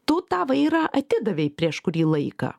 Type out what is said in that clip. tu tą vairą atidavei prieš kurį laiką